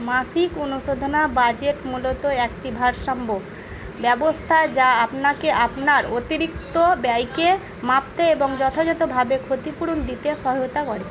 মাসিক অনুশোচনা বাজেট মূলত একটি ভারসাম্য ব্যবস্থা যা আপনাকে আপনার অতিরিক্ত ব্যয়কে মাপতে এবং যথাযথভাবে ক্ষতিপূরণ দিতে সহয়তা করে